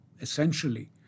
essentially